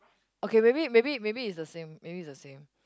okay maybe maybe maybe is the same maybe is the same